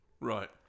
Right